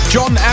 John